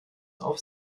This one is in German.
auf